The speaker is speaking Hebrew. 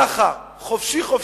ככה, חופשי, חופשי.